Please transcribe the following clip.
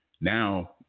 Now